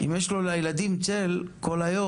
אם יש לו צל לילדים כל היום,